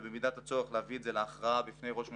ובמידת הצורך להביא את זה להכרעה בפני ראש הממשלה,